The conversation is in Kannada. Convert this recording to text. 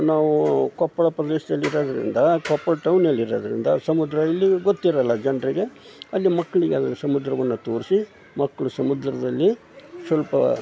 ನಾವು ಕೊಪ್ಪಳ ಪ್ರದೇಶದಲ್ಲಿ ಇರೋದರಿಂದ ಕೊಪ್ಪಳ ಟೌನಲ್ಲಿರೋದರಿಂದ ಸಮುದ್ರ ಇಲ್ಲಿ ಗೊತ್ತಿರೋಲ್ಲ ಜನರಿಗೆ ಅಲ್ಲಿ ಮಕ್ಕಳಿಗಾದ್ರೆ ಸಮುದ್ರವನ್ನು ತೋರಿಸಿ ಮಕ್ಕಳು ಸಮುದ್ರದಲ್ಲಿ ಸ್ವಲ್ಪ